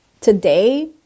today